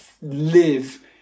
live